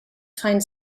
find